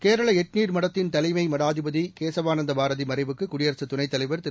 கேரளஎட்னீர்மடத்தின்தலைமைமடாதிபதிகேசவானந்தபாரதிமறைவுக்கு குடியரசுதுணைதலைவர்திரு